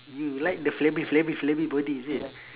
you like the flabby flabby flabby body is it